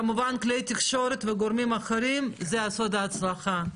כמובן כלי תקשורת וגורמים אחרים זה סוד ההצלחה,